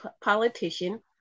politician